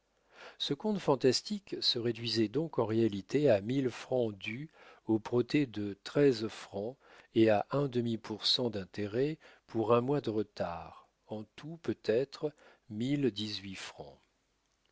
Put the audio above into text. ce compte fantastique se réduisait donc en réalité à mille francs dus au protêt de treize francs et à un demi pour cent d'intérêt pour un mois de retard en tout peut-être